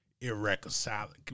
irreconcilable